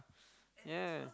yeah